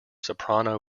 soprano